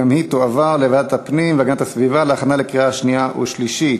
ותידון בוועדת הפנים והגנת הסביבה להכנה לקריאה שנייה ושלישית.